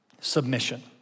submission